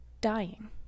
dying